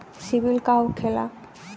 सीबील का होखेला?